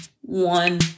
one